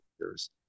years